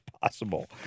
possible